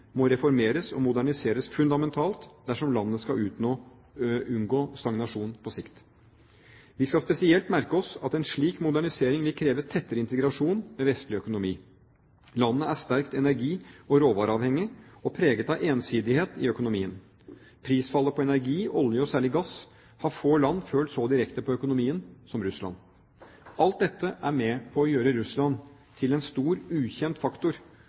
må reformeres og moderniseres fundamentalt dersom landet skal unngå stagnasjon på sikt. Vi skal spesielt merke oss at en slik modernisering vil kreve tettere integrasjon med vestlig økonomi. Landet er sterkt energi- og råvareavhengig og preget av ensidighet i økonomien. Prisfallet på energi – olje og særlig gass – har få land følt så direkte på økonomien som Russland. Alt dette er med på å gjøre Russland til en stor «ukjent faktor»